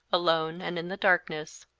alone and in the darkness.